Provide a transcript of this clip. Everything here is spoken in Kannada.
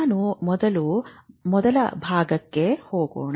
ನಾವು ಮೊದಲ ಭಾಗಕ್ಕೆ ಹೋಗೋಣ